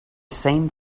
same